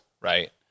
right